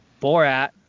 borat